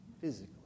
physically